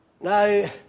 Now